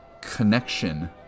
connection